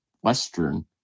Western